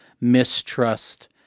mistrust